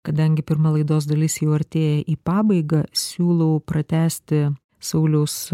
kadangi pirma laidos dalis jau artėja į pabaigą siūlau pratęsti sauliaus